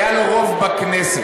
היה לו רוב בכנסת,